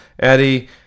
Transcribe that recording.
Eddie